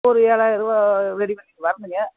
ஒரு ஏழாயிர ரூபா ரெடி பண்ணிவிட்டு வரேனுங்க